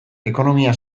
ekonomia